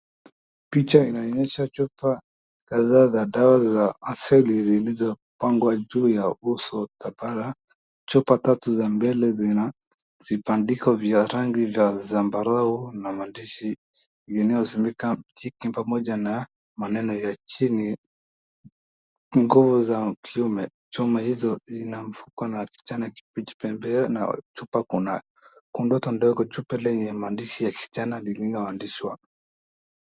Picha inaonyesha chupa kadhaa za dawa za asili zilizopangwa juu ya uso tapara. Chupa tatu za mbele zinavibandiko zinaandikwa kwa rangi ya zambarau inayosomeka maneno ya chini nguvu za kiume na kijana kibichi pembeni.